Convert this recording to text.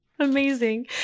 Amazing